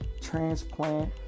transplant